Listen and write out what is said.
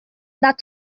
not